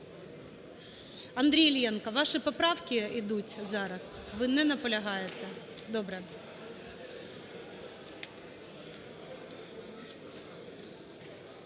Андрій Іллєнко ваші поправки йдуть зараз, ви не наполягаєте? Добре.